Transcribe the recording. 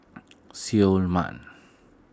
Seoul Mart